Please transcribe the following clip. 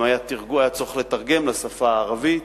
היה גם צריך לתרגם לשפה הערבית